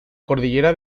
cordillera